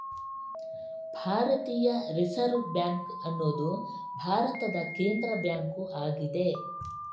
ಭಾರತೀಯ reserve bank ಅನ್ನುದು ಭಾರತದ ಕೇಂದ್ರ ಬ್ಯಾಂಕು ಆಗಿದೆ